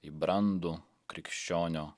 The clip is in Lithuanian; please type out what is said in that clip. į brandų krikščionio